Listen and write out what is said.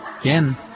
again